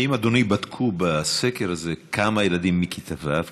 האם, אדוני, בדקו בסקר הזה כמה ילדים מכיתה ו'?